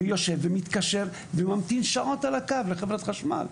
ויושב ומתקשר וממתין שעות על הקו לחב' חשמל,